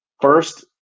first